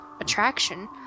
attraction